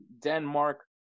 Denmark